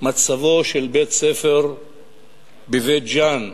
מצבו של בית-ספר בבית-ג'ן,